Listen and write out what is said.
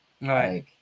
Right